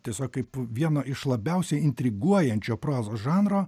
tiesiog kaip vieno iš labiausiai intriguojančio prozos žanro